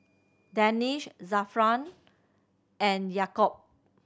Danish Zafran and Yaakob